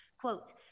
Quote